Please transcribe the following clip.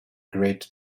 great